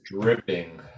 dripping